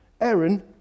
Aaron